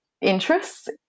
interests